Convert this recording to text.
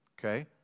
Okay